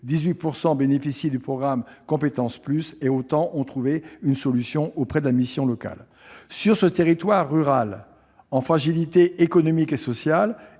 18 % bénéficient du programme Compétences+ et autant ont trouvé une solution auprès de la mission locale. Sur ce territoire rural, en fragilité économique et sociale,